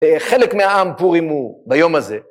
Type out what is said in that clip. חלק מהעם פורים הוא ביום הזה.